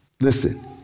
Listen